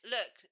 Look